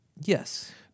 Yes